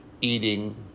eating